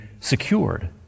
secured